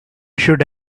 should